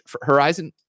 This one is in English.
Horizon